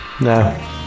No